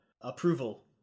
approval